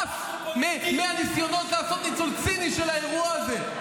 נמאס מהניסיונות לעשות ניצול ציני של האירוע הזה,